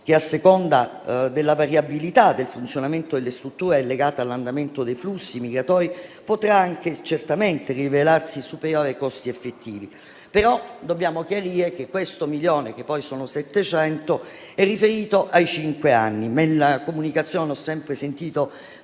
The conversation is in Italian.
a seconda della variabilità del funzionamento delle strutture legata all'andamento dei flussi migratori, potrà certamente rivelarsi superiore ai costi effettivi. Però dobbiamo chiarire che questo milione (che poi sono 700) è riferito ai cinque anni, mentre nella comunicazione ho sempre sentito